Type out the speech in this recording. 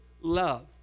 love